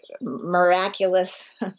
miraculous